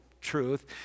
truth